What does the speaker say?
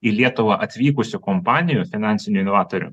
į lietuvą atvykusių kompanijų finansinių inovatorių